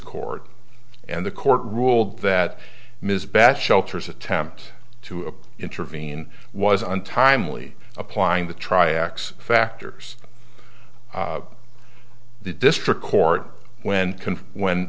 court and the court ruled that ms best shelters attempts to intervene was untimely applying the tri x factors the district court when when